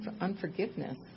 unforgiveness